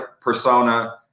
persona